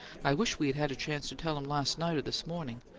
i wish we'd had a chance to tell him last night or this morning.